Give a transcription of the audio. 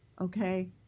okay